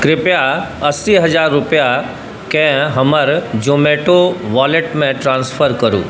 कृपया अस्सी हजार रूपैआकेँ हमर जोमैटो वॉलेटमे ट्रांसफर करू